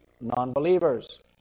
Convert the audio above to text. non-believers